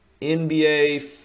NBA